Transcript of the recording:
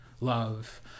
love